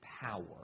power